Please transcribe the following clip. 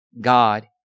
God